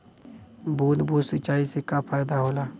बूंद बूंद सिंचाई से का फायदा होला?